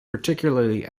particularly